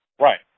Right